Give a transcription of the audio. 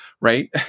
right